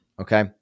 Okay